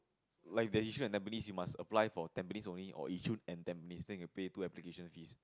like the issue at Tampines you must apply for Tampines only or Yishun and Tampines then you can pay two application fees